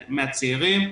צעירים.